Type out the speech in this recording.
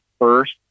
first